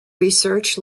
research